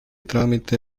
tramite